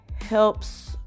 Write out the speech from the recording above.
helps